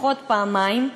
לפחות פעמיים,